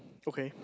okay